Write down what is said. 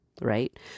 Right